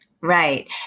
Right